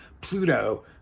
Pluto